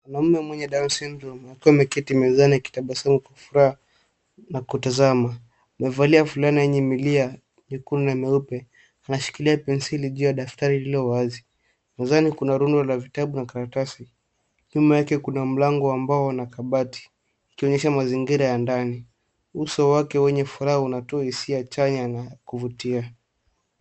Mwanaume mwenye down's syndrome , akiwa ameketi mezani akitabasamu kwa furaha, na kutazama. Amevalia fulana yenye milia, jekundu na meupe, anashikilia penseli juu ya daftari lililo wazi. Mezani kuna rundo ya vitu na karatasi. Nyuma yake kuna mlango wa mbao, na kabati, ikionyesha mazingira ya ndani. Uso wake wenye furaha, unatoa hisia chanya, na kuvutia.